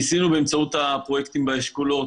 ניסינו באמצעות הפרויקטים באשכולות,